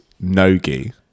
no-gi